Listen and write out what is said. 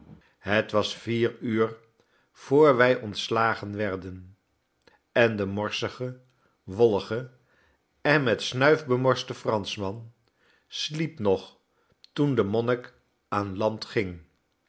het was vier uur voor wij ontslagen werden en de morsige wollige en met snuif bemorste franschman sliep nog toen de monnik aan land ging